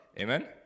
Amen